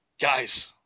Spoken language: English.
Guys